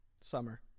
Summer